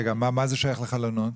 מה זה שייך לחלונות?